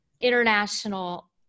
international